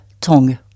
Tongue